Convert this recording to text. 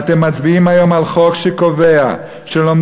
אתם מצביעים היום על חוק שקובע שלומדי